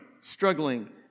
struggling